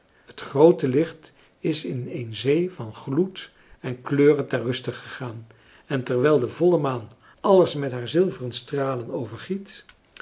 het groote licht is in een zee van gloed en kleuren ter ruste gegaan en terwijl de volle maan alles met haar zilveren stralen overgiet